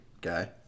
guy